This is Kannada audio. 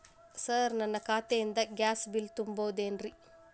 ಸರ್ ನನ್ನ ಖಾತೆಯಿಂದ ಗ್ಯಾಸ್ ಬಿಲ್ ತುಂಬಹುದೇನ್ರಿ?